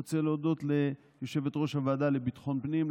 אני רוצה להודות ליושבת-ראש ועדת ביטחון הפנים,